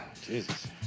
Jesus